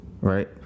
right